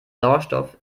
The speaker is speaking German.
sauerstoff